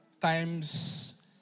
Times